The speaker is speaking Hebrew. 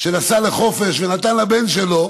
שנסע לחופש ונתן לבן שלו